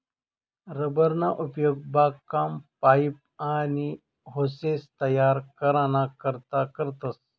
rubber ना उपेग बागकाम, पाइप, आनी होसेस तयार कराना करता करतस